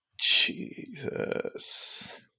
Jesus